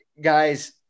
guys